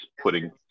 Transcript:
putting